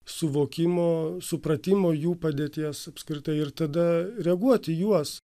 suvokimo supratimo jų padėties apskritai ir tada reaguot į juos